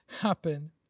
happen